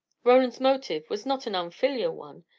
roland's motive was not an unfilial one.